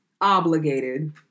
obligated